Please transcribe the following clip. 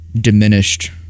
diminished